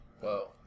whoa